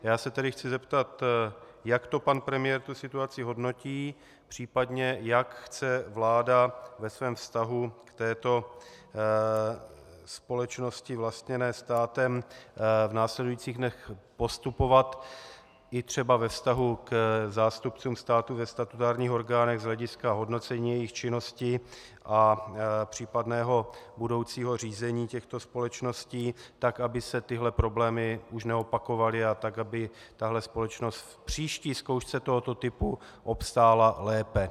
Chci se tedy zeptat, jak pan premiér tu situaci hodnotí, případně jak chce vláda ve svém vztahu k této společnosti vlastněné státem v následujících dnech postupovat i třeba ve vztahu k zástupcům státu ve statutárních orgánech z hlediska hodnocení jejich činnosti a případného budoucího řízení těchto společností, tak aby se tyto problémy už neopakovaly, tak aby tato společnost v příští zkoušce tohoto typu obstála lépe.